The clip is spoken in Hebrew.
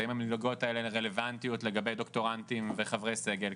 האם המלגות האלה רלוונטיות לגבי דוקטורנטים וחברי סגל,